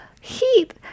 heat